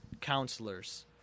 counselors